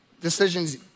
decisions